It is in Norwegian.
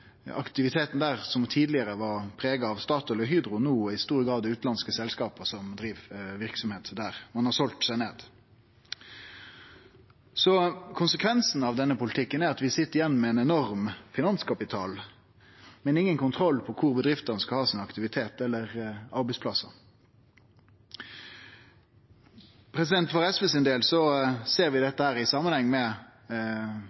Aktiviteten der var tidlegare prega av Statoil og Hydro. No er det stort sett utanlandske selskap som driv verksemd der; ein har selt seg ned. Konsekvensen av denne politikken er at vi sit igjen med ein enorm finanskapital, men ingen kontroll på kvar bedriftene skal ha aktiviteten sin eller arbeidsplassane sine. For SV sin del ser vi